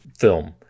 film